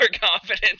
confidence